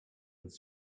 with